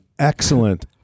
Excellent